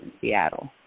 Seattle